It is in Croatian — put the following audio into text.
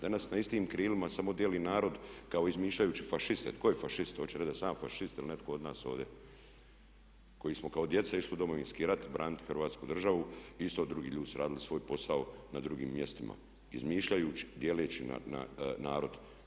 Danas na istim krilima samo dijeli narod kao izmišljajući Fašiste, tko je Fašist, hoćete reč da sam ja Fašist, ili netko od nas ovdje koji smo kao djeca išli u Domovinski rat, braniti Hrvatsku državu i isto drugi ljudi su branili svoj posao na drugim mjestima, izmišljajući, djelići narod.